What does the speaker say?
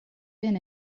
been